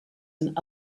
and